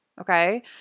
Okay